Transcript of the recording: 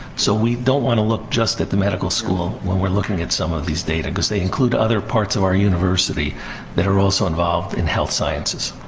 so, we don't wanna look just at the medical school when we're looking at some of these data. cause they include other parts of our university that are also involved in health sciences.